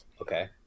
okay